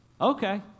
Okay